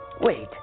Wait